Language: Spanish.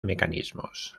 mecanismos